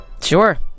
Sure